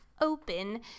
open